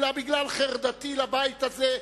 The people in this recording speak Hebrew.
אלא בגלל חרדתי לבית הזה,